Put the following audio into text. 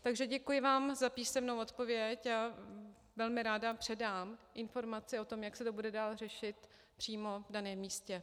Takže děkuji vám za písemnou odpověď a velmi ráda předám informaci o tom, jak se to bude dál řešit přímo v daném místě.